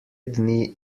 dni